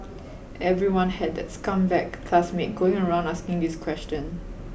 everyone had that scumbag classmate going around asking this question